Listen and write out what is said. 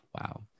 Wow